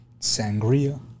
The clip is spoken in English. Sangria